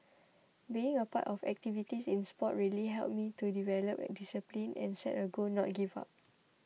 being a part of activities in sport really helped me to develop a discipline and set a goal not give up